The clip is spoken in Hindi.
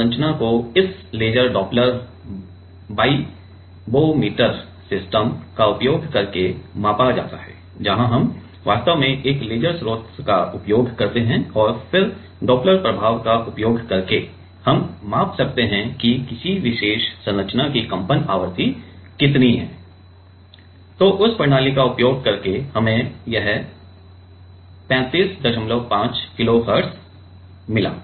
तो इस संरचना को इस लेजर डॉपलर वाइब्रोमीटर सिस्टम का उपयोग करके मापा जाता है जहां हम वास्तव में एक लेजर स्रोत का उपयोग करते हैं और फिर डॉपलर प्रभाव का उपयोग करके हम माप सकते हैं कि किसी विशेष संरचना की कंपन आवृत्ति कितनी है उस प्रणाली का उपयोग करके हमें यह 355 किलोहर्ट्ज़ मिला